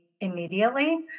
immediately